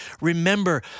Remember